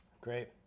Great